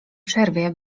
przerwie